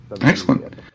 Excellent